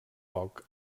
poc